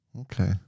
Okay